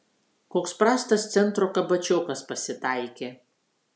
koks prastas centro kabačiokas pasitaikė